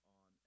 on